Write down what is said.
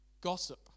gossip